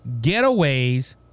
getaways